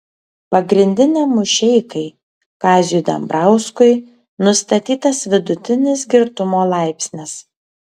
pagrindiniam mušeikai kaziui dambrauskui nustatytas vidutinis girtumo laipsnis